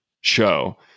show